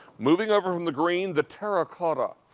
moving over from the green, the terra-cotta.